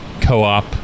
co-op